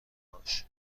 هاش